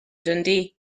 dundee